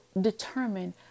determine